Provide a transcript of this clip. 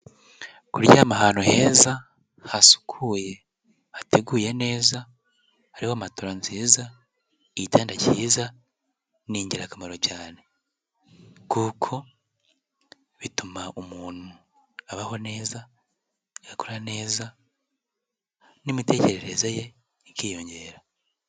Kuryama ahantu heza hasukuye, hateguye neza, hariho matoro nziza, igitanda cyiza ni ingirakamaro cyane kuko bituma umuntu abaho neza, akora neza n'imitekerereze ye ikiyongera.